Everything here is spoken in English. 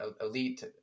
elite